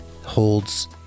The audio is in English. holds